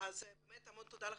אז המון תודה לך,